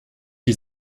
die